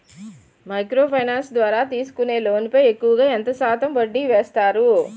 Micro finance ద్వారా తీసుకునే loan పై ఎక్కువుగా ఎంత శాతం వడ్డీ వేస్తారు?